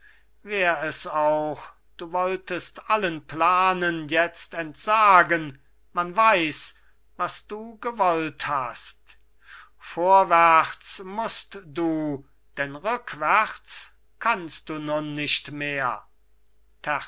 wär es auch du wolltest allen planen jetzt entsagen man weiß was du gewollt hast vorwärts mußt du denn rückwärts kannst du nun nicht mehr